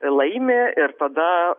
laimi ir tada